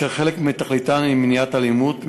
שחלק מתפקידם הוא מניעת אלימות,